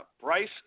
Bryce